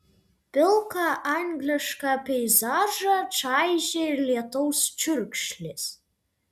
pilką anglišką peizažą čaižė lietaus čiurkšlės